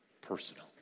personal